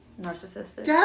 Narcissistic